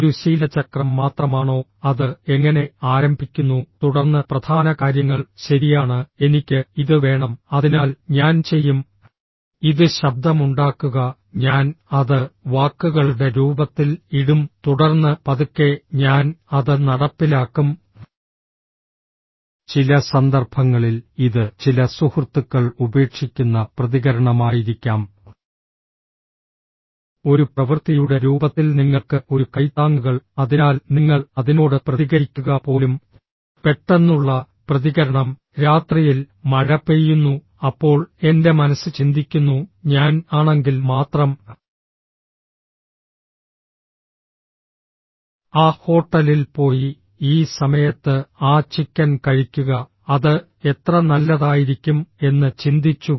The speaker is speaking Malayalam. ഒരു ശീലചക്രം മാത്രമാണോ അത് എങ്ങനെ ആരംഭിക്കുന്നു തുടർന്ന് പ്രധാന കാര്യങ്ങൾ ശരിയാണ് എനിക്ക് ഇത് വേണം അതിനാൽ ഞാൻ ചെയ്യും ഇത് ശബ്ദമുണ്ടാക്കുക ഞാൻ അത് വാക്കുകളുടെ രൂപത്തിൽ ഇടും തുടർന്ന് പതുക്കെ ഞാൻ അത് നടപ്പിലാക്കും ചില സന്ദർഭങ്ങളിൽ ഇത് ചില സുഹൃത്തുക്കൾ ഉപേക്ഷിക്കുന്ന പ്രതികരണമായിരിക്കാം ഒരു പ്രവൃത്തിയുടെ രൂപത്തിൽ നിങ്ങൾക്ക് ഒരു കൈത്താങ്ങുകൾ അതിനാൽ നിങ്ങൾ അതിനോട് പ്രതികരിക്കുക പോലും പെട്ടെന്നുള്ള പ്രതികരണം രാത്രിയിൽ മഴ പെയ്യുന്നു അപ്പോൾ എന്റെ മനസ്സ് ചിന്തിക്കുന്നു ഞാൻ ആണെങ്കിൽ മാത്രം ആ ഹോട്ടലിൽ പോയി ഈ സമയത്ത് ആ ചിക്കൻ കഴിക്കുക അത് എത്ര നല്ലതായിരിക്കും എന്ന് ചിന്തിച്ചു